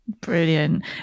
Brilliant